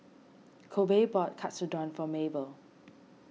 Kobe bought Katsudon for Maebelle